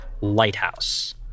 lighthouse